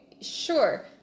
sure